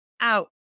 out